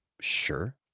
Sure